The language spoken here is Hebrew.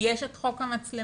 יש את חוק המצלמות,